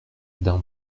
d’un